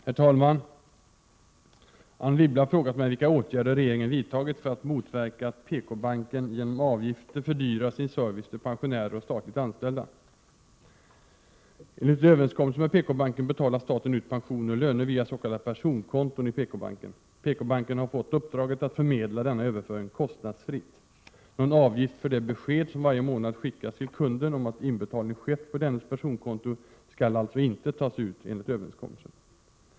Herr talman! Anne Wibble har frågat mig vilka åtgärder regeringen vidtagit för att motverka att PK-banken genom avgifter fördyrar sin service till pensionärer och statligt anställda. Enligt överenskommelse med PK-banken betalar staten ut pensioner och löner via s.k. personkonton i PK-banken. PK-banken har fått uppdraget att förmedla denna överföring kostnadsfritt. Någon avgift för det besked som varje månad skickas till kunden om att inbetalning skett på dennes personkonto skall alltså inte tas ut enligt överenskommelsen.